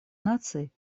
наций